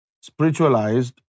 spiritualized